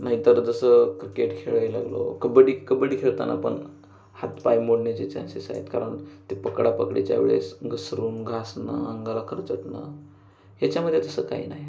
नाहीतर जसं क्रिकेट खेळायला लागलो कबड्डी कबड्डी खेळताना पण हात पाय मोडण्याचे चान्सेस आहेत कारण ते पकडा पकडीच्या वेळेस घसरून घासणं अंगाला खरचटणं याच्यामध्ये तसं काही नाही